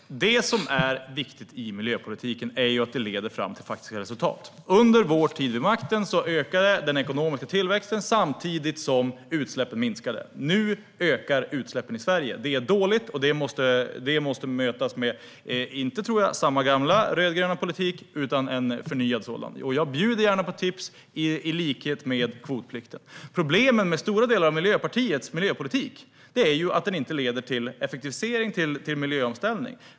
Herr talman! Det som är viktigt i miljöpolitiken är att den leder fram till faktiska resultat. Under vår tid vid makten ökade den ekonomiska tillväxten samtidigt som utsläppen minskade. Nu ökar utsläppen i Sverige. Det är dåligt och måste mötas - inte, tror jag, med samma gamla rödgröna politik utan med en förnyad sådan. Jag bjuder gärna på tips liknande kvotplikten. Problemet med stora delar av Miljöpartiets miljöpolitik är att den inte leder till effektivisering och miljöomställning.